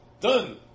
done